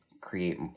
create